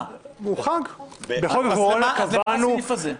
אז למה הסעיף הזה?